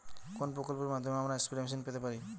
কোন প্রকল্পের মাধ্যমে আমরা স্প্রে মেশিন পেতে পারি?